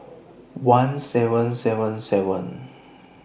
one seven seven seven